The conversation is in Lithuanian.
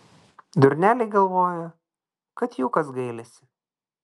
durneliai galvoja kad jų kas gailisi